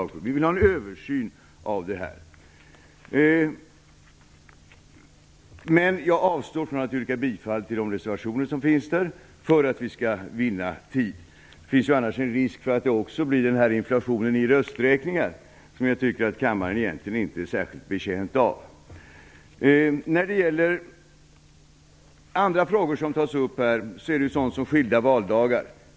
Vi vill ha en översyn av detta. Men jag avstår från att yrka bifall till de reservationer som avgetts med anledning av detta, för att vi skall vinna tid. Det finns annars en risk för att det också blir inflation i rösträkning, som jag tycker att kammaren egentligen inte är särskilt betjänt av. Andra frågor som tas upp är sådant som skilda valdagar.